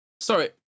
Sorry